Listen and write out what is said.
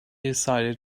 decided